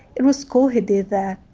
it was cool he did that.